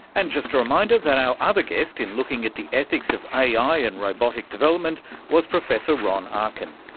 and just a reminder that our other guest in looking at the ethics of ai and robotic development was professor ron arkin,